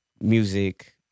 music